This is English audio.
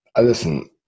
listen